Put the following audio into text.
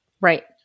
Right